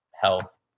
health